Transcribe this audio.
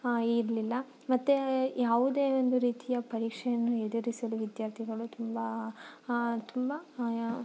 ಇರಲಿಲ್ಲ ಮತ್ತು ಯಾವುದೇ ಒಂದು ರೀತಿಯ ಪರೀಕ್ಷೆಯನ್ನು ಎದುರಿಸಲು ವಿದ್ಯಾರ್ಥಿಗಳು ತುಂಬ ತುಂಬ